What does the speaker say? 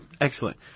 Excellent